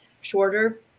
shorter